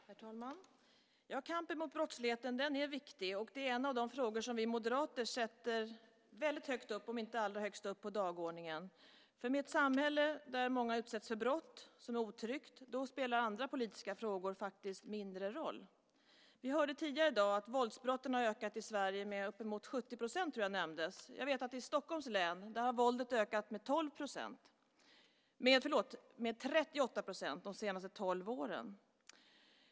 Herr talman! Ja, kampen mot brottsligheten är viktig. Det är en av de frågor som vi moderater sätter väldigt högt upp, om inte allra högst upp, på dagordningen, för i ett samhälle där många utsätts för brott, som är otryggt, spelar andra politiska frågor faktiskt mindre roll. Vi hörde tidigare i dag att våldsbrotten har ökat i Sverige med uppemot 70 %, tror jag nämndes. Jag vet att i Stockholms län har våldet ökat med 38 % de senaste tolv åren.